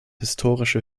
historische